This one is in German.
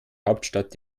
hauptstadt